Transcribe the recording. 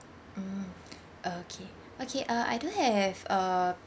mm uh okay okay uh I do have uh